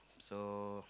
so